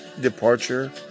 Departure